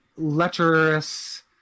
lecherous